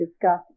discuss